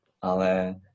Ale